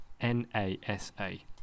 N-A-S-A